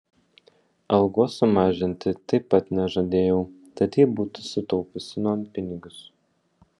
algos sumažinti taip pat nežadėjau tad ji būtų sutaupiusi nuompinigius